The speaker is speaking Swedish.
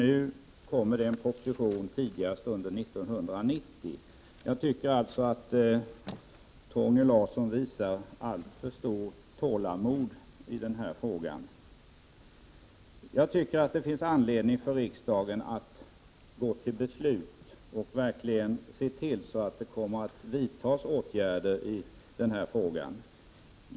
Nu kommer det en proposition tidigast under 1990. Jag tycker alltså att Torgny Larsson visar alltför stort tålamod i denna fråga. Det finns anledning för riksdagen att gå till beslut och verkligen se till att åtgärder kommer att vidtas.